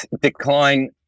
decline